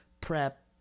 prep